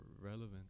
relevant